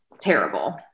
terrible